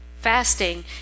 Fasting